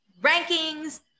rankings